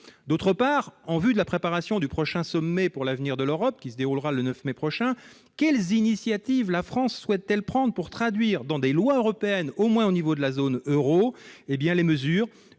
d'autre part, en vue de la préparation du prochain sommet pour l'avenir de l'Europe qui se déroulera le 9 mai prochain quelles initiatives la France souhaite-t-elle prendre pour traduire dans des lois européennes au moins au niveau de la zone Euro, hé bien les